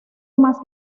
más